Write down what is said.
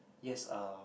yes uh